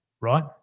right